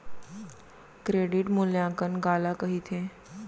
Credit मूल्यांकन काला कहिथे?